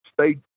stay